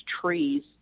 trees